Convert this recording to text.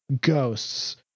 ghosts